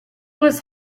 was